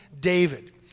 David